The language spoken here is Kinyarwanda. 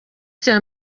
cya